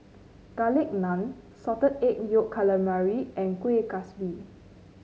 Garlic Naan Salted Egg Yolk Calamari and Kuih Kaswi